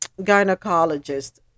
gynecologist